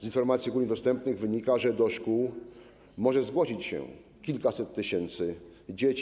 Z informacji ogólnie dostępnych wynika, że do szkół może zgłosić się kilkaset tysięcy dzieci.